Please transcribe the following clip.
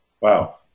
Wow